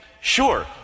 Sure